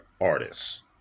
artists